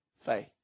faith